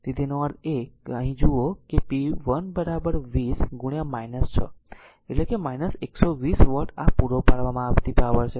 તેથી તેનો અર્થ એ છે કે જો અહીં જુઓ કે p1 20 6 એટલે કે 120 વોટ આ પૂરી પાડવામાં આવેલી પાવર છે